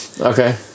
Okay